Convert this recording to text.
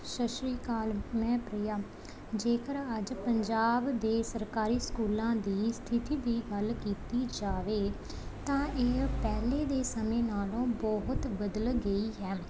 ਸਤਿ ਸ਼੍ਰੀ ਅਕਾਲ ਮੈਂ ਪ੍ਰੀਆ ਜੇਕਰ ਅੱਜ ਪੰਜਾਬ ਦੇ ਸਰਕਾਰੀ ਸਕੂਲਾਂ ਦੀ ਸਥਿਤੀ ਦੀ ਗੱਲ ਕੀਤੀ ਜਾਵੇ ਤਾਂ ਇਹ ਪਹਿਲੇ ਦੇ ਸਮੇਂ ਨਾਲੋਂ ਬਹੁਤ ਬਦਲ ਗਈ ਹੈ